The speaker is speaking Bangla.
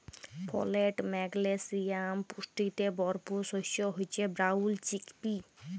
ফলেট, ম্যাগলেসিয়াম পুষ্টিতে ভরপুর শস্য হচ্যে ব্রাউল চিকপি